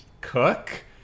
cook